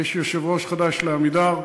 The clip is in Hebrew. שיש יושב-ראש חדש ל"עמידר".